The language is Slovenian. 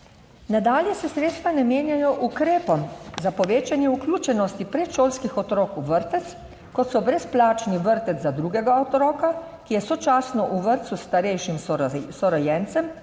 Nadalje se sredstva namenjajo ukrepom za povečanje vključenosti predšolskih otrok v vrtec, kot so brezplačni vrtec za drugega otroka, ki je sočasno v vrtcu s starejšim sorojencem